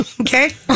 Okay